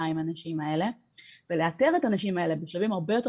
עם הנשים האלה ולאתר את הנשים האלה בשלבים הרבה יותר